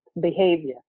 behavior